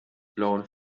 blauen